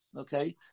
Okay